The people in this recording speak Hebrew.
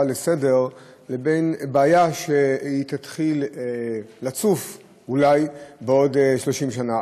לסדר-היום לבין הבעיה שתתחיל לצוף אולי בעוד 30 שנה,